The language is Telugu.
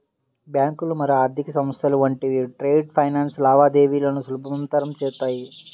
బ్యాంకులు మరియు ఆర్థిక సంస్థలు వంటివి ట్రేడ్ ఫైనాన్స్ లావాదేవీలను సులభతరం చేత్తాయి